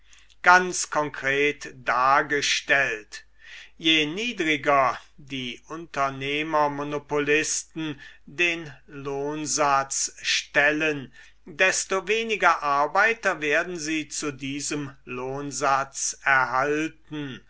ganz konkret dargestellt je niedriger die unternehmermonopolisten den lohnsatz stellen desto weniger arbeiter werden sie zu diesem lohnsatz erhalten